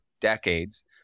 decades